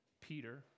Peter